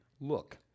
look